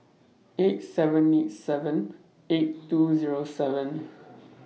eight seven eight seven eight two Zero seven